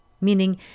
meaning